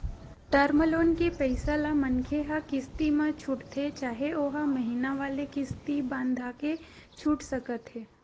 term loan के पइसा ल मनखे ह किस्ती म छूटथे चाहे ओहा महिना वाले किस्ती बंधाके छूट सकत हे